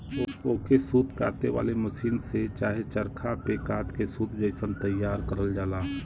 ओके सूत काते वाले मसीन से चाहे चरखा पे कात के सूत जइसन तइयार करल जाला